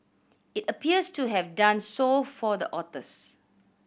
it appears to have done so for the authors